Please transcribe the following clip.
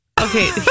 okay